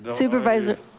supervisor,